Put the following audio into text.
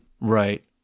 Right